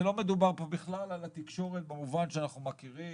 לא מדובר פה בכלל על התקשורת במובן שאנחנו מכירים,